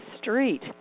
street